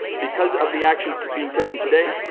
because of the action being taken today,